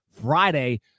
Friday